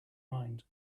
mind